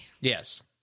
yes